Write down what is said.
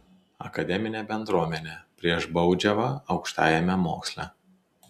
akademinė bendruomenė prieš baudžiavą aukštajame moksle